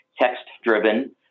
text-driven